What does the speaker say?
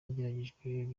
yagejejweho